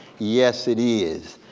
yes it is.